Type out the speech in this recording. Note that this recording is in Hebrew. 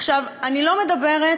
עכשיו, אני לא מדברת,